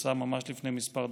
שנשא ממש לפני כמה דקות.